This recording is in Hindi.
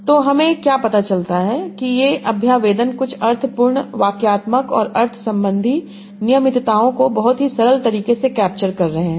तो हमें क्या पता चला है कि ये अभ्यावेदन कुछ अर्थ पूर्ण वाक्यात्मक और अर्थ संबंधी नियमितताओं को बहुत ही सरल तरीके से कैप्चर कर रहे हैं